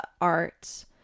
art